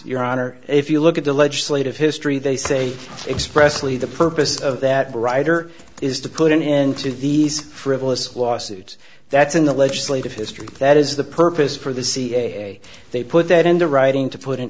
your honor if you look at the legislative history they say expressly the purpose of that rider is to put an end to these frivolous lawsuits that's in the legislative history that is the purpose for the ca they put that into writing to put an